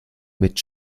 mit